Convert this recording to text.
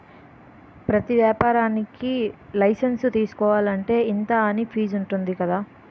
ప్రతి ఏపారానికీ లైసెన్సు తీసుకోలంటే, ఇంతా అని ఫీజుంటది కదా